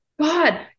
God